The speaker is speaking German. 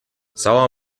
sauer